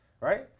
right